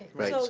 right.